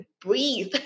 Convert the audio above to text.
breathe